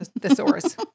thesaurus